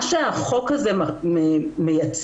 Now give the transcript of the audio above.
מה שהחוק מייצר,